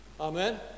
Amen